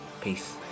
Peace